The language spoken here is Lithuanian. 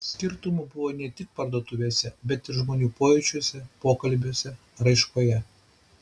skirtumų buvo ne tik parduotuvėse bet ir žmonių pojūčiuose pokalbiuose raiškoje